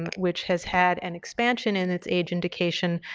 which has had an expansion in its age indication,